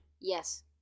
Yes